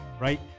right